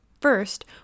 First